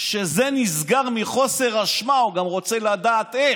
שזה נסגר מחוסר אשמה, הוא גם רוצה לדעת איך,